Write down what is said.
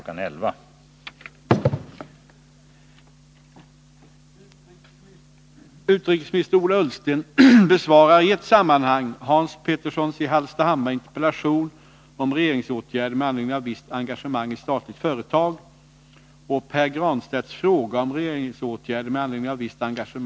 11.00.